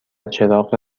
چراغ